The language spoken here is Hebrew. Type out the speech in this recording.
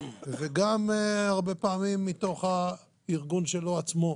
וגם הרבה פעמים מתוך הארגון שלו עצמו.